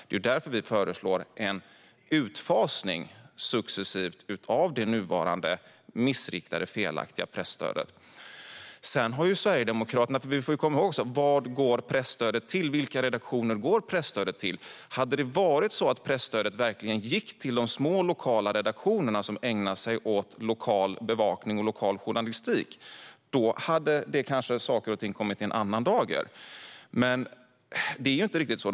Det är därför vi föreslår en successiv utfasning av det nuvarande missriktade och felaktiga presstödet. Vi måste komma ihåg vad och till vilka redaktioner presstödet går. Om det hade varit så att presstödet verkligen gick till de små, lokala redaktionerna, som ägnar sig åt lokal bevakning och lokal journalistik, hade saker och ting kanske kommit i en annan dager. Men det är ju inte riktigt så.